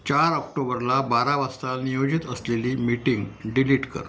चार ऑक्टोबरला बारा वाजता नियोजित असलेली मीटिंग डिलीट कर